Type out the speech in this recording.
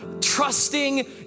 trusting